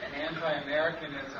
anti-Americanism